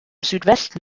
südwesten